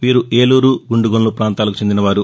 వీరు ఏలూరు గుండుగొలను ప్రాంతాలకు చెందినవారు